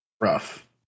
rough